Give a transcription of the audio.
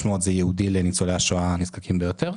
מיליון זה ייעודי לניצולי השואה הנזקקים ביותר,